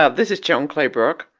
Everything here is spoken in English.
ah this is joan claybrook.